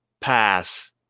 pass